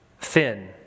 thin